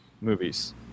movies